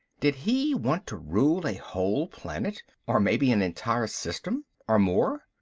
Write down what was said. did he want to rule a whole planet or maybe an entire system? or more?